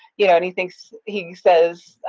yeah and he thinks, he says